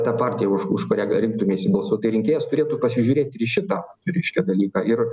ta partija už kurią rinktumeisi balsuot tai rinkėjas turėtų pasižiūrėt ir į šitą reiškia dalyką ir